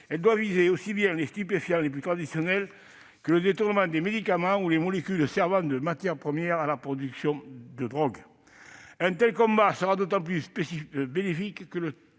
doit viser aussi bien les stupéfiants les plus traditionnels que le détournement des médicaments ou des molécules servant de matière première à la production de drogues. Un tel combat sera d'autant plus bénéfique que le